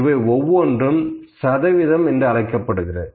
இவை ஒவ்வொன்றும் சதவீதம் என்று அழைக்கப்படுகிறது